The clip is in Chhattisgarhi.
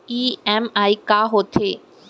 ई.एम.आई का होथे?